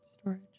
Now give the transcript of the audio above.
Storage